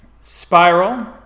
spiral